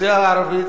האוכלוסייה הערבית,